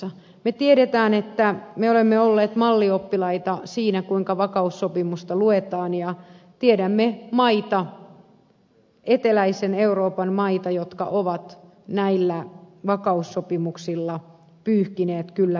me tiedämme että olemme olleet mallioppilaita siinä kuinka vakaussopimusta luetaan ja tiedämme maita eteläisen euroopan maita jotka ovat näillä vakaussopimuksilla pyyhkineet kyllä pöytää